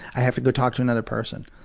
i have to go talk to another person.